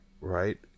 right